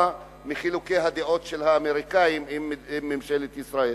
בעקבות חילוקי הדעות של האמריקנים עם ממשלת ישראל.